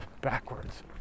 backwards